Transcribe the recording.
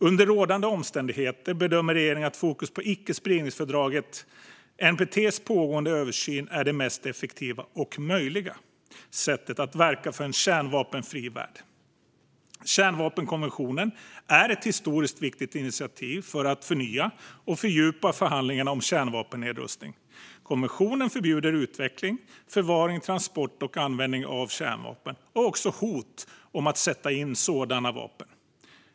Under rådande omständigheter bedömer regeringen att fokus på icke-spridningsfördraget NPT:s pågående översyn är det mest effektiva - och möjliga - sättet att verka för en kärnvapenfri värld. Kärnvapenkonventionen är ett historiskt viktigt initiativ för att förnya och fördjupa förhandlingarna om kärnvapennedrustning. Konventionen förbjuder utveckling, förvaring, transport och användning av kärnvapen samt hot om att sätta in sådana vapen.